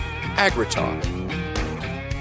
Agritalk